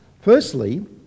Firstly